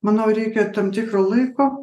manau reikia tam tikro laiko